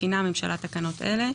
מתקינה הממשלה תקנות אלה: